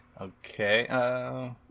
Okay